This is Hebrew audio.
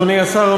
אדוני השר,